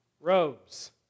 robes